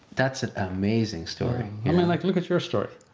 that's an amazing story. i mean like look at your story.